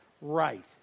right